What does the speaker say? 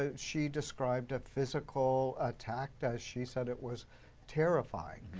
ah she described a physical attack, as she said it was terrifying.